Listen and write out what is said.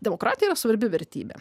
demokratija svarbi vertybė